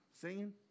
singing